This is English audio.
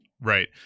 Right